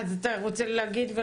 אז אתה רוצה להגיד?